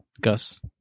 Gus